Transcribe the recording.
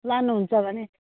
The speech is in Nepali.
लानु हुन्छ भने